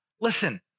listen